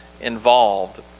involved